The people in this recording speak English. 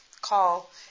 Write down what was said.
call